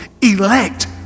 elect